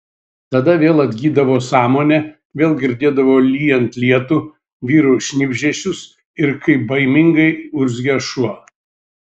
tada vėl atgydavo sąmonė vėl girdėdavo lyjant lietų vyrų šnibždesius ir kaip baimingai urzgia šuo